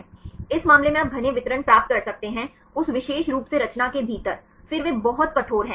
इस मामले में आप घने वितरण प्राप्त कर सकते हैं उस विशेष रूप से रचना के भीतर फिर वे बहुत कठोर हैं